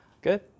Good